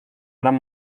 gran